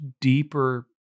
deeper